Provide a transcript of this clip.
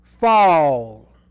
fall